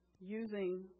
using